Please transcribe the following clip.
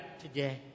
today